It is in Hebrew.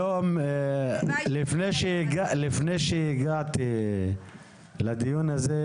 היום לפני שהגעתי לדיון הזה,